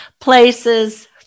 places